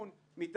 במחזה הפרסים,